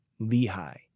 Lehi